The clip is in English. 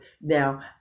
now